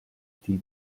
team